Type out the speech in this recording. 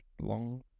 long